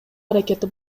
аракети